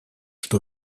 что